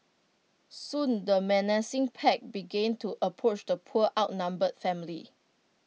soon the menacing pack began to approach the poor outnumbered family